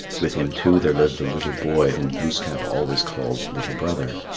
with him too there lived a little boy whom glooskap always called little brother.